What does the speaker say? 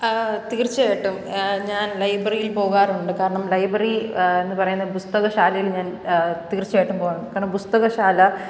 തീർച്ചയായിട്ടും ഞാൻ ലൈബ്രറിയിൽ പോകാറുണ്ട് കാരണം ലൈബ്രറി എന്ന് പറയുന്ന പുസ്തകശാലയിൽ ഞാൻ തീർച്ചയായിട്ടും പോകും കാരണം പുസ്തകശാല